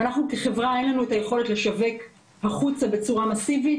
ולנו כחברה אין את היכולת לשווק החוצה בצורה מסיבית.